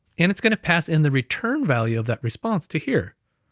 and it's gonna pass in the return value of that response to here.